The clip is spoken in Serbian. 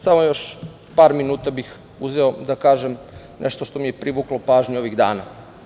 Samo bih još par minuta uzeo da kažem nešto što mi je privuklo pažnju ovih dana.